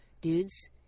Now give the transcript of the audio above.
dudes